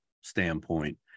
standpoint